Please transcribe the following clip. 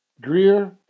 greer